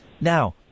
Now